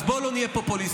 אז בואו לא נהיה פופוליסטיים.